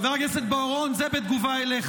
חבר הכנסת בוארון, זה בתגובה אליך.